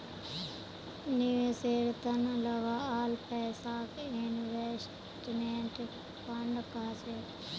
निवेशेर त न लगाल पैसाक इन्वेस्टमेंट फण्ड कह छेक